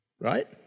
right